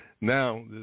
now